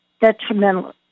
detrimental